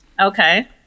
Okay